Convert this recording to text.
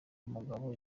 umugabo